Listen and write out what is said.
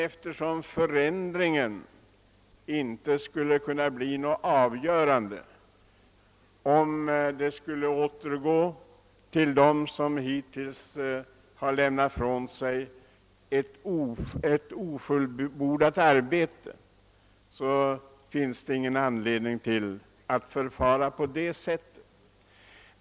Eftersom det inte skulle bli någon avgörande förändring om ärendet skulle återgå till dem som lämnat ifrån sig ett ofullbordat arbete, finns det ingen anledning att förfara på det sättet.